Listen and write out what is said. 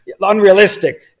unrealistic